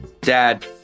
Dad